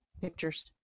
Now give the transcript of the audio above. pictures